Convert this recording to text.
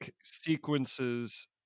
sequences